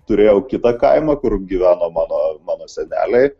turėjau kitą kaimą kur gyveno mano mano seneliai